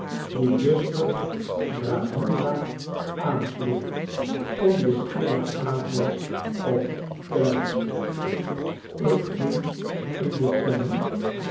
die lustig bravura aansloeg om den stillen avond op te luisteren tafereelen uit italie ik ging in den tuin